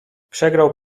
przegrał